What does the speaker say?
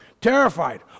terrified